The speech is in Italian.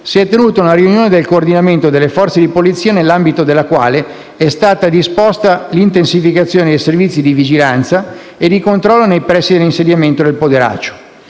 si è tenuta una riunione di coordinamento delle Forze di polizia, nell'ambito della quale è stata disposta l'intensificazione dei servizi di vigilanza e controllo nei pressi dell'insediamento del Poderaccio.